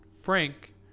Frank